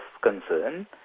concern